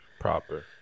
Proper